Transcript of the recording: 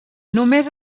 només